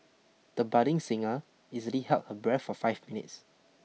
the budding singer easily held her breath for five minutes